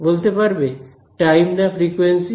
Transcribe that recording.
বলতে পারবে টাইম না ফ্রিকোয়েন্সি